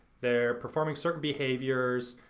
they're performing certain behaviors,